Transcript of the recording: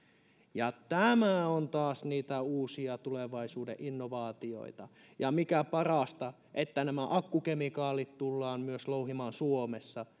tämä on taas niitä uusia tulevaisuuden innovaatioita ja mikä parasta nämä akkukemikaalit tullaan myös louhimaan suomessa